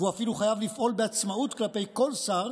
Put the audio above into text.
והוא אפילו חייב לפעול בעצמאות כלפי כל שר,